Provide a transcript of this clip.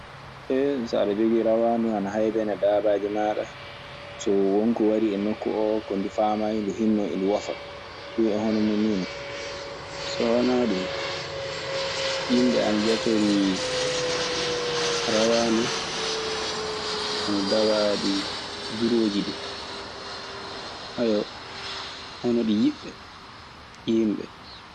so ada jogii rawaandu ana haybene daabaaji maada. So won ko wari e nokku oo ko ndu faamaayi, ndu hinno endu woffa ɗum e hono mum. Won yogaaɓe ne mbiya rawaandu ana jeyaa e daabaaji ɓurɗe foo moƴƴude giƴƴididde e wondude. jonnon dawaaɗi ana ceerti. Rawaandu no mbiiruɗaa ɗun fuu, non wayata. So wanaa ɗun, yimɓe ana jatorii rawaandu, hono dawaaɗi durooji ɗii, hono ɗi yiɓɓe yimɓe.